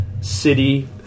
city